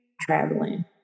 traveling